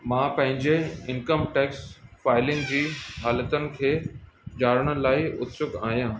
मां पंहिंजे income tax filing जी हालतुनि खे ॼाणण लाइ उत्सुक आहियां